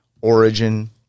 origin